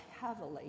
heavily